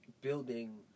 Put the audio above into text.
building